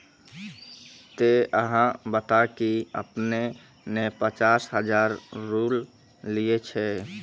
ते अहाँ बता की आपने ने पचास हजार रु लिए छिए?